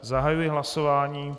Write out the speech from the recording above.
Zahajuji hlasování.